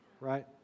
right